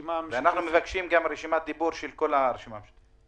מבקשים גם רשימת דיבור של כל הרשימה המשותפת.